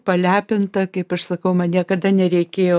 palepinta kaip aš sakau man niekada nereikėjo